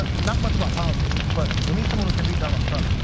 but not much about policy, but we need someone who can beat donald trump.